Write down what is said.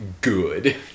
good